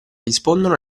rispondono